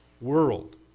world